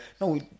No